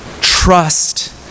trust